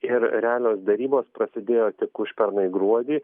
ir realios derybos prasidėjo tik užpernai gruodį